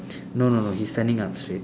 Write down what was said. no no no he's standing up straight